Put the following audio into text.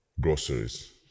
groceries